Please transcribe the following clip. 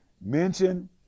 Mention